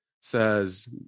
says